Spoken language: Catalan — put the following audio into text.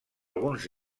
alguns